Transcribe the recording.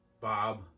Bob